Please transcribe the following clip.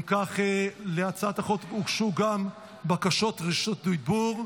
אם כך להצעת החוק הוגשו גם בקשות רשות דיבור.